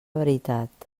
veritat